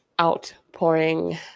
outpouring